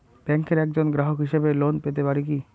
ব্যাংকের একজন গ্রাহক হিসাবে লোন পেতে পারি কি?